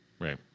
Right